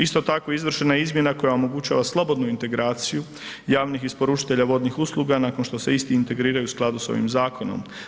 Isto tako izvršena je izmjena koja omogućava slobodnu integraciju javnih isporučitelja vodnih usluga nakon što se isti integriraju u skladu s ovim zakonom.